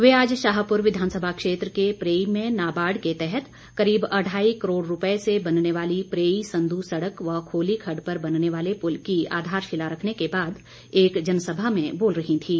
वे आज शाहपुर विधानसभा क्षेत्र के प्रेई में नाबार्ड के तहत करीब अढ़ाई करोड़ रूपये से बनने वाली प्रेई संदू सड़क व खोली खड़ड पर बनने वाले पुल की आधारशिला रखने के बाद एक जनसभा में बोल रही थीं